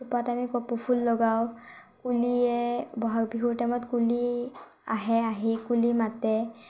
খোপাত আমি কপৌফুল লগাওঁ কুলিয়ে ব'হাগ বিহু টাইমত কুলি আহে আহি কুলি মাতে